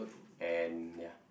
and ya